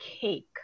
cake